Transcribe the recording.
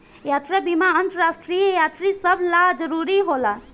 यात्रा बीमा अंतरराष्ट्रीय यात्री सभ ला जरुरी होला